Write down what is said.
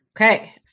Okay